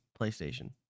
PlayStation